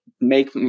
make